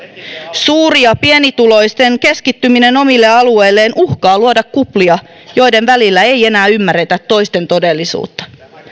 suuri ja pienituloisten keskittyminen omille alueilleen uhkaa luoda kuplia joiden välillä ei enää ymmärretä toisten todellisuutta